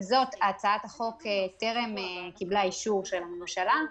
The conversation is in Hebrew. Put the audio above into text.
עם זאת, הצעת החוק טרם קיבלה אישור של הממשלה.